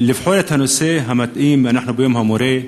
לבחור את הנושא המתאים, אנחנו ביום המורה,